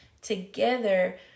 together